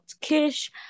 kish